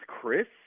Chris